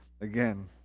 again